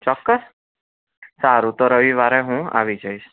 ચોક્કસ સારુ તો રવિવારે હું આવી જઈશ